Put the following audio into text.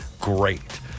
great